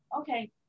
Okay